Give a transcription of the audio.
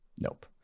Nope